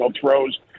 throws